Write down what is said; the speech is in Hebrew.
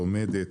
לומדת,